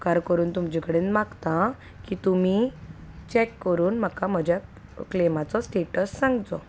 उपकार करून तुमचे कडेन मागतां की तुमी चॅक करून म्हाका म्हज्या क्लेमाचो स्टेटस सांगचो